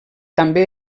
també